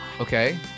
Okay